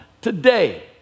today